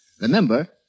Remember